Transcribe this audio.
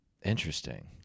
Interesting